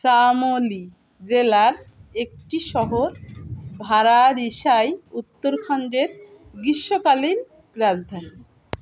শামলি জেলার একটি শহর ভাড়ারিশাই উত্তরখন্ডের গ্রীষ্মকালীন রাজধানী